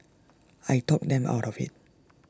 I talked them out of IT